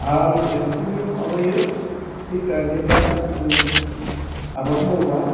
आरो एम्फौनि माबायो बे खारने दा जों आबाद मावोबा